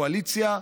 הקואליציה.